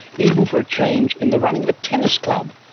even for a change in the running of a tennis club,